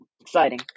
exciting